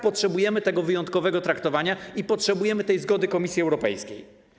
Potrzebujemy wyjątkowego traktowania i potrzebujemy zgody Komisji Europejskiej.